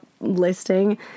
listing